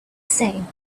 same